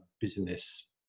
business